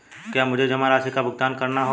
क्या मुझे जमा राशि का भुगतान करना होगा?